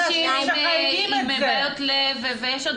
שחדרי אוכל בבתי מלון יוכלו